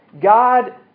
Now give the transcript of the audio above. God